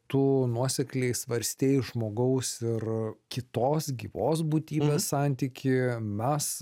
tu nuosekliai svarstei žmogaus ir kitos gyvos būtybės santykį mes